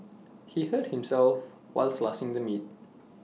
he hurt himself while slicing the meat